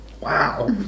Wow